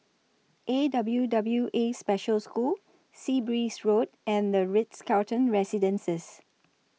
A W W A Special School Sea Breeze Road and The Ritz Carlton Residences